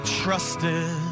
trusted